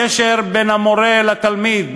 זה הקשר בין המורה לתלמיד,